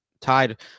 tied